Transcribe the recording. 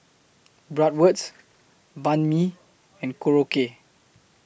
Bratwurst Banh MI and Korokke